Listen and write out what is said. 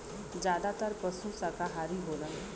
जादातर पसु साकाहारी होलन